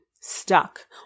stuck